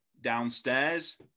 downstairs